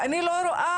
ואני לא רואה,